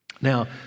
Now